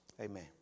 Amen